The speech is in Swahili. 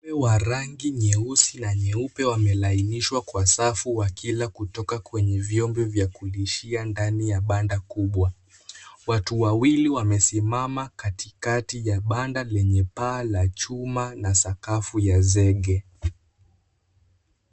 Ng'ombe wa rangi nyeusi na nyeupe wamelainishwa kwa safu wakila kutoka kwenye vyombo vya kulishia ndani ya banda kubwa. Watu wawili wamesimama katikati ya banda lenye paa la chuma na sakafu ya zege.